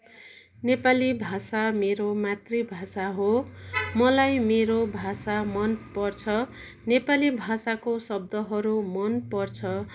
नेपाली भाषा मेरो मातृभाषा हो मलाई मेरो भाषा मन पर्छ नेपाली भाषाको शब्दहरू मन पर्छ